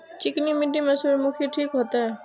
चिकनी मिट्टी में सूर्यमुखी ठीक होते?